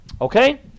Okay